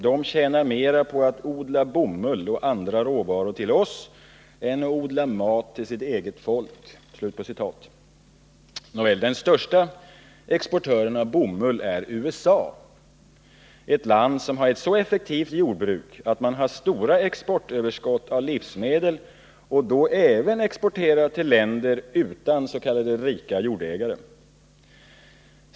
De tjänar mer på att odla bomull till oss än på att odla mat till sitt eget folk.” Den största exportören av bomull är USA, ett land som har ett så effektivt jordbruk att man har stora exportöverskott av livsmedel och då även exporterar till länder utan ”rika jordägare”.